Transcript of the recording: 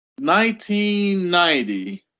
1990